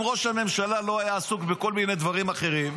אם ראש הממשלה לא היה עסוק בכל מיני דברים אחרים,